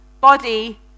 body